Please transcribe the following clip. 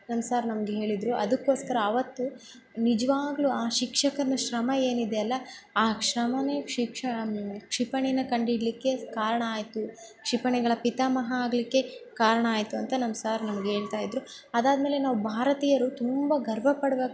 ನಮ್ಮ ಸಾರ್ ನಮ್ಗೆ ಹೇಳಿದರು ಅದಕ್ಕೋಸ್ಕರ ಆವತ್ತು ನಿಜವಾಗಲೂ ಆ ಶಿಕ್ಷಕನ ಶ್ರಮ ಏನಿದೆ ಅಲ್ಲ ಆ ಶ್ರಮ ಶಿಕ್ಷ ಕ್ಷಿಪಣಿ ಕಂಡಿಡಿಲಿಕ್ಕೆ ಕಾರಣ ಆಯಿತು ಕ್ಷಿಪಣಿಗಳ ಪಿತಾಮಹ ಆಗಲಿಕ್ಕೆ ಕಾರಣ ಆಯಿತು ಅಂತ ನಮ್ಮ ಸಾರ್ ನಮಗೆ ಹೇಳ್ತಾಯಿದ್ರು ಅದಾದಮೇಲೆ ನಾವು ಭಾರತೀಯರು ತುಂಬ ಗರ್ವಪಡ್ಬೇಕು